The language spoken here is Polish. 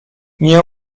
nie